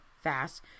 fast